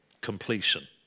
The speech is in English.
completion